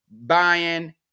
buying